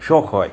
શોખ હોય